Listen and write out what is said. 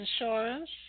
insurance